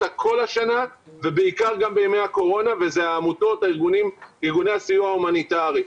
כל השנה ובעיקר בימי הקורונה ואלה העמותות וארגוני הסיוע ההומניטרי.